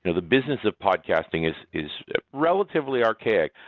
you know the business of podcasting is is relatively archaic.